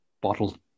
bottled